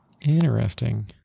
Interesting